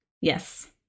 yes